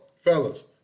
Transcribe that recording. fellas